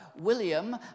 William